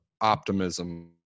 optimism